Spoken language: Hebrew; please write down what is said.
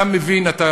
אתה מבין, אתה